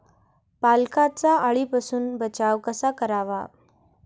पालकचा अळीपासून बचाव कसा करावा?